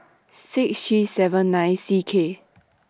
six three seven nine C K